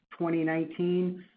2019